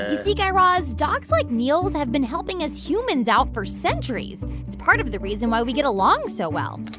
ah see, guy raz, dogs like niels have been helping us humans out for centuries. it's part of the reason why we get along so well.